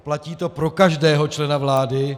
A platí to pro každého člena vlády.